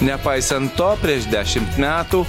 nepaisant to prieš dešimt metų